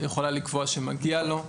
היא יכולה לקבוע שמגיע לו,